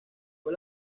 fue